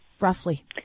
roughly